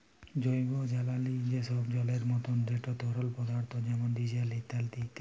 জৈবজালালী যেগলা জলের মত যেট তরল পদাথ্থ যেমল ডিজেল, ইথালল ইত্যাদি